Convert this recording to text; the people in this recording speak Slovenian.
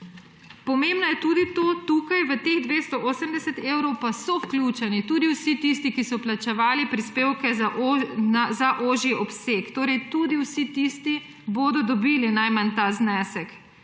Pomembno je tudi to, da so v teh 280 evrov vključeni tudi vsi tisti, ki so vplačevali prispevke za ožji obseg. Torej, tudi vsi tisti bodo dobili najmanj ta znesek.